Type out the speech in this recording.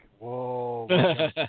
Whoa